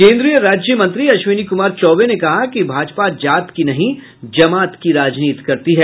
केंद्रीय राज्य मंत्री अश्विनी कुमार चौबे ने कहा कि भाजपा जात की नहीं जमात की राजनीति करती है